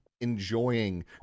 enjoying